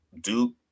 Duke